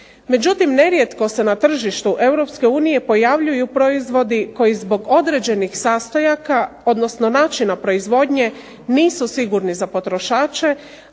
Međutim, nerijetko se na tržištu EU pojavljuju proizvodi koji zbog određenih sastojaka, odnosno načina proizvodnje nisu sigurni za potrošače,